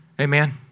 Amen